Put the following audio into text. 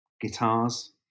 guitars